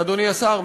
אדוני השר,